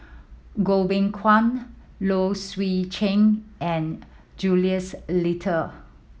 Goh Beng Kwan Low Swee Chen and Jules Itier